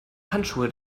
handschuhe